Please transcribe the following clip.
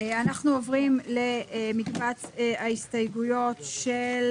למקבץ ההסתייגויות של